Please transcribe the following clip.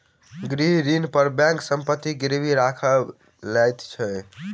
गृह ऋण पर बैंक संपत्ति गिरवी राइख लैत अछि